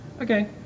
Okay